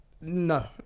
No